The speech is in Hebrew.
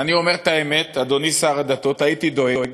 אני אומר את האמת, אדוני שר הדתות, הייתי דואג